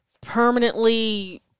permanently